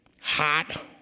hot